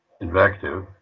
invective